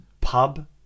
pub